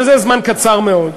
אבל זה זמן קצר מאוד.